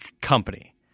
company